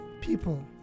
people